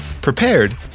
prepared